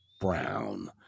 brown